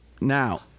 Now